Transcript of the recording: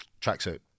tracksuit